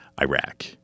Iraq